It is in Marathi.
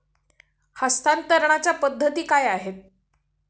हस्तांतरणाच्या पद्धती काय आहेत?